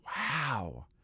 Wow